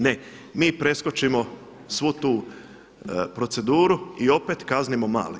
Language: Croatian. Ne, mi preskočimo svu tu proceduru i opet kaznimo male.